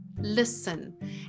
listen